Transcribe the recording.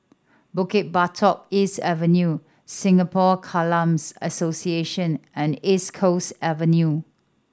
Bukit Batok East Avenue Singapore Association and East Coast Avenue